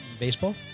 baseball